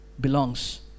belongs